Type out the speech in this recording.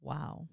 Wow